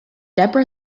debra